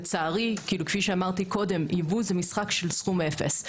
לצערי כפי שאמרתי קודם ייבוא זה משחק של סכום אפס.